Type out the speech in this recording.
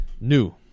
New